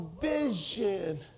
vision